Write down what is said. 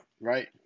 right